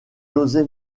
josé